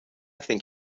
think